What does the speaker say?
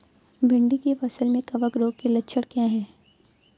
भिंडी की फसल में कवक रोग के लक्षण क्या है?